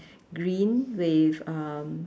green with um